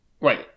Wait